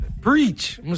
Preach